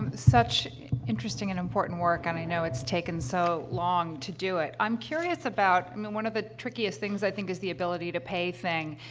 such interesting and important work, and i know it's taken so long to do it. i'm curious about i mean, one of the trickiest things, i think, is the ability-to-pay thing,